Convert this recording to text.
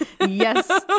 Yes